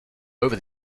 over